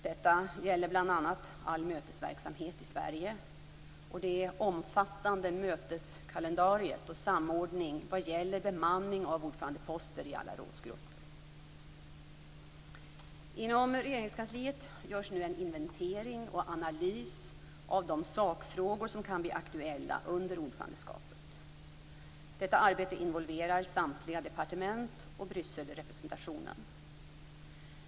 Detta gäller bl.a. all mötesverksamhet i Sverige och det omfattande möteskalendariet och samordningen vad gäller bemanning av ordförandeposter i alla rådsgrupper. Inom Regeringskansliet görs nu en inventering och analys av de sakfrågor som kan bli aktuella under ordförandeskapet. Detta arbete involverar samtliga departement och Brysselrepresentationen.